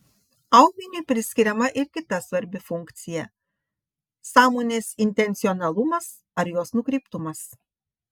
aumeniui priskiriama ir kita svarbi funkcija sąmonės intencionalumas ar jos nukreiptumas